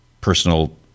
personal